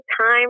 time